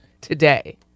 today